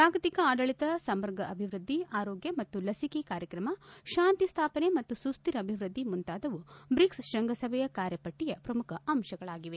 ಜಾಗತಿಕ ಆಡಳಿತ ಸಮಗ್ರ ಅಭಿವೃದ್ದಿ ಆರೋಗ್ಡ ಮತ್ತು ಲಸಿಕೆ ಕಾರ್ಯಕ್ರಮ ಶಾಂತಿ ಸ್ಟಾಪನೆ ಮತ್ತು ಸುಸ್ಟಿರ ಅಭಿವೃದ್ದಿ ಮುಂತಾದವು ಬ್ರಿಕ್ಸ್ ಶೃಂಗಸಭೆಯ ಕಾರ್ಯಪಟ್ಟಿಯ ಪ್ರಮುಖ ಅಂಶಗಳಾಗಿವೆ